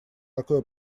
такое